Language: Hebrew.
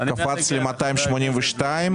קפץ ל-282.